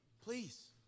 Please